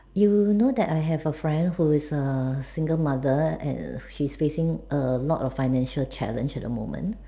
you know that I have a friend who is a single mother and she's facing a lot of financial challenge at the moment